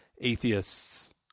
atheists